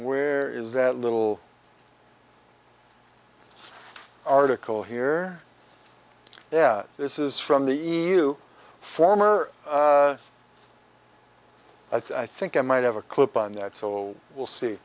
where is that little article here yeah this is from the e u former i think i might have a clip on that so we'll see